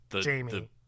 Jamie